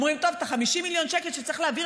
ואומרים: את ה-50 מיליון שקלים שצריך להעביר